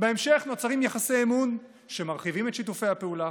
בהמשך נוצרים יחסי אמון שמרחיבים את שיתופי הפעולה,